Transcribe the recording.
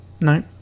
No